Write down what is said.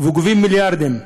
וגובים מיליארדים,